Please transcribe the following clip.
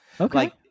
Okay